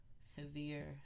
severe